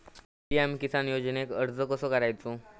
PM Kisan योजनेक अर्ज कसो करायचो?